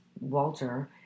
Walter